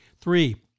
Three